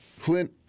Clint